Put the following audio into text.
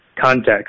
context